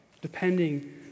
depending